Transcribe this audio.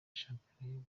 shampiyona